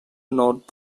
note